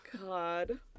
God